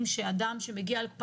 תיכף נגיע אליך